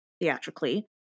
theatrically